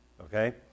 Okay